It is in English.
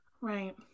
right